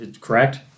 correct